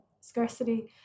scarcity